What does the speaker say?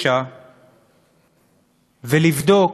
ולבדוק